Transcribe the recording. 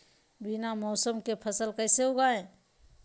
बिना मौसम के फसल कैसे उगाएं?